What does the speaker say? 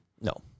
No